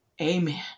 Amen